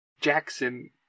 Jackson